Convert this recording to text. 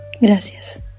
Gracias